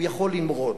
הוא יכול למרוד.